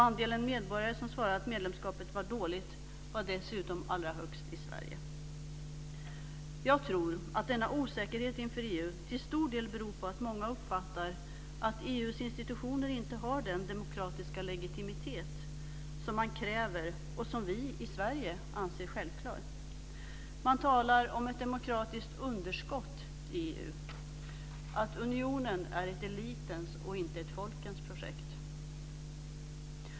Andelen medborgare som svarade att medlemskapet var dåligt var dessutom allra högst i Sverige. Jag tror att denna osäkerhet inför EU till stor del beror på att många uppfattar att EU:s institutioner inte har den demokratiska legitimitet som man kräver och som vi i Sverige anser självklar. Man talar om ett demokratiskt underskott i EU, att unionen är ett elitens och inte ett folkens projekt.